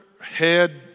head